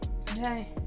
Okay